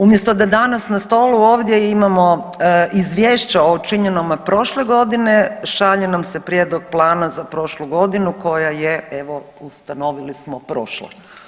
Umjesto da danas na stolu ovdje imamo izvješća o učinjenome prošle godine šalje nam se prijedlog plana za prošlu godinu koja je evo ustanovili smo prošla.